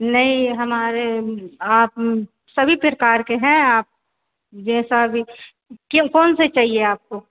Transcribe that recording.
नहीं हमारे आप सभी प्रकार के हैं आप जैसा भी क्यों कौन से चाहिए आपको